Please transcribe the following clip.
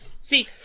See